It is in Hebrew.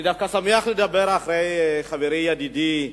אני דווקא שמח לדבר אחרי חברי ידידי